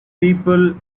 people